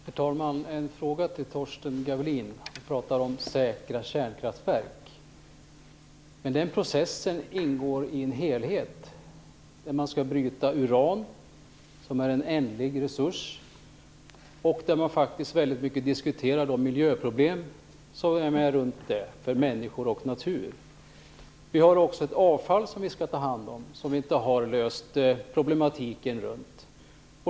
Herr talman! Jag har en fråga till Torsten Gavelin. Torsten Gavelin pratar om säkra kärnkraftverk. Men den processen ingår i en helhet. Man skall bryta uran som är en ändlig resurs och man diskuterar faktiskt mycket de miljöproblem för människor och natur som finns runt det. Det finns också ett avfall som vi skall ta hand om, och problematiken kring det har vi inte löst.